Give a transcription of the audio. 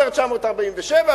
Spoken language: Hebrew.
אומר 947,